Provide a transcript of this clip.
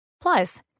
Plus